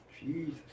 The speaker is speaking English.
Jesus